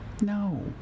No